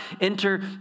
enter